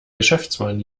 geschäftsmann